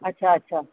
अच्छा अच्छा